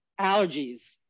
allergies